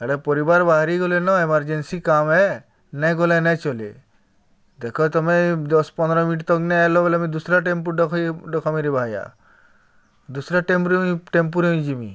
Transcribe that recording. ଇଆଡ଼େ ପରିବାର୍ ବାହାରିଗଲେନ ଏମାର୍ଜେନ୍ସି କାମ୍ ଏ ନାଇଁ ଗଲେ ନାଇଁ ଚଲେ ଦେଖ ତମେ ଦଶ୍ ପନ୍ଦ୍ର ମିନିଟ୍ ତକ୍ ନାଇ ଆଏଲ ବେଲେ ମୁଇଁ ଦୁସ୍ରା ଟେମ୍ପୁ ଡକାମିରେ ଭାୟା ଦୁସ୍ରା ଟେମ୍ପରୁ ହିଁ ଟେମ୍ପୁରେ ହିଁ ଯିବି